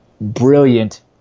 brilliant